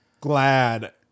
glad